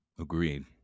Agreed